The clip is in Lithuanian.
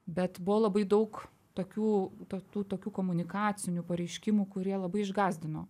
bet buvo labai daug tokių tų tokių komunikacinių pareiškimų kurie labai išgąsdino